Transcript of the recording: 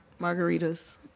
margaritas